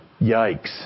Yikes